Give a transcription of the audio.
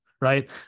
right